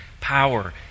power